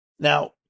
Now